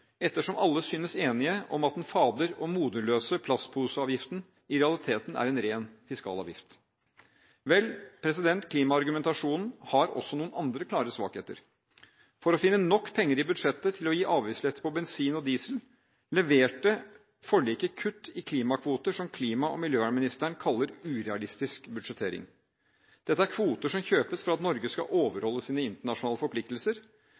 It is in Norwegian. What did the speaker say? ettersom alle synes enige om at den fader- og moderløse plastposeavgiften i realiteten er en ren fiskalavgift. Klimaargumentasjonen har også noen andre klare svakheter. For å finne nok penger i budsjettet til å gi avgiftslette på bensin og diesel leverte forliket kutt i klimakvoter, som klima- og miljøvernministeren kaller urealistisk budsjettering. Dette er kvoter som kjøpes for at Norge skal overholde sine internasjonale forpliktelser.